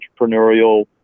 entrepreneurial